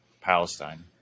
Palestine